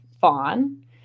fawn